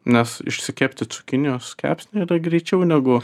nes išsikepti cukinijos kepsnį yra greičiau negu